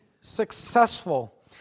successful